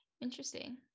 Interesting